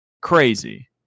Crazy